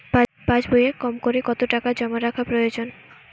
পাশবইয়ে কমকরে কত টাকা জমা রাখা প্রয়োজন?